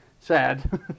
Sad